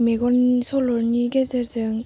मेगन सल'नि गेजेरजों